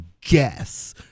guess